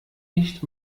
nicht